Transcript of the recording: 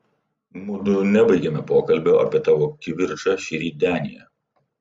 mudu nebaigėme pokalbio apie tavo kivirčą šįryt denyje